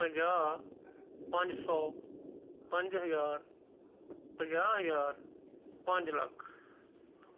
ਪੰਜਾਹ ਪੰਜ ਸੌ ਪੰਜ ਹਜ਼ਾਰ ਪੰਜਾਹ ਹਜ਼ਾਰ ਪੰਜ ਲੱਖ